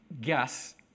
guess